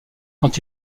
quand